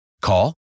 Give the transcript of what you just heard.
Call